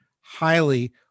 highly